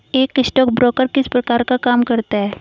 एक स्टॉकब्रोकर किस प्रकार का काम करता है?